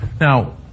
Now